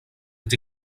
est